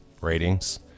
ratings